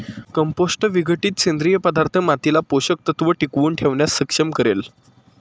compost विघटित सेंद्रिय पदार्थ मातीला पोषक तत्व टिकवून ठेवण्यास सक्षम करेल